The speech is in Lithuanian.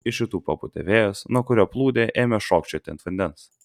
iš rytų papūtė vėjas nuo kurio plūdė ėmė šokčioti ant vandens